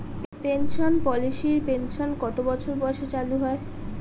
Pension পলিসির pension কত বছর বয়সে চালু হয়?